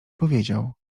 powiedział